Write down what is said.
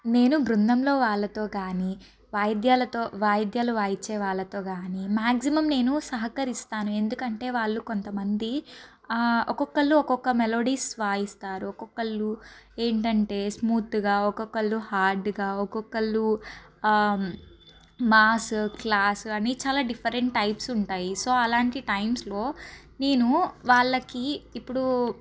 నేను బృందంలో వాళ్ళతో కాని వాయిద్యాలతో వాయిద్యాలు వాయించే వాళ్ళతో కాని మ్యాక్సిమమ్ నేను సహకరిస్తాను ఎందుకంటే వాళ్ళు కొంతమంది ఒక్కొక్కరు ఒక్కొక్క మెలోడీస్ వాయిస్తారు ఒక్కొక్కరు ఏంటంటే స్మూత్గా ఒక్కొక్కరు హార్డ్గా ఒక్కొక్కరు మాస్ క్లాస్ అని చాలా డిఫరెంట్ టైప్స్ ఉంటాయి సో అలాంటి టైమ్స్లో నేను వాళ్ళకి ఇప్పుడు వాళ్ళు